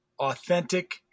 authentic